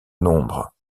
nombre